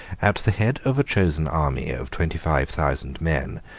at the head of a chosen army of twenty-five thousand men,